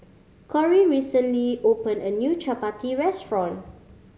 Cory recently opened a new chappati restaurant